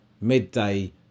Midday